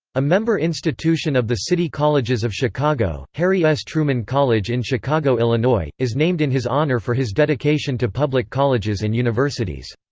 a member institution of the city colleges of chicago, harry s truman college in chicago, illinois, is named in his honor for his dedication to public colleges and universities.